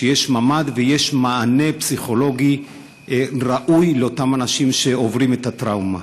שיש ממ"ד ויש מענה פסיכולוגי ראוי לאותם אנשים שעוברים את הטראומה